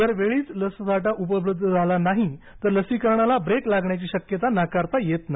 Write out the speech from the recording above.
जर वेळीच लससाठा उपलब्ध झाला नाही तर लसीकरणाला ब्रेक लागण्याधी शक्यता नाकारता येत नाही